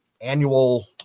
annual